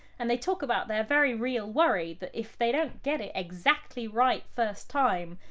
and they talk about their very real worry that if they don't get it exactly right first time,